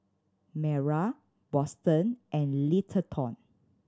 Mayra Boston and Littleton